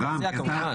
לכל סיעה, כמובן.